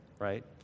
right